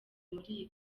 muri